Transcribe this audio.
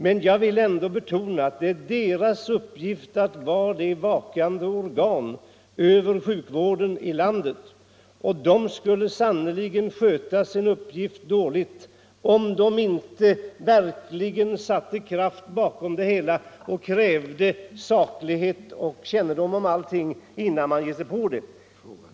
Men jag vill ändå betona att dess uppgift är att vara ett vakande organ över sjukvården i landet. Socialstyrelsen skulle sannerligen sköta sin uppgift dåligt om den inte verkligen satte kraft bakom sitt bemyndigande och krävde saklighet och kännedom om läkemedel innan man godtar dem.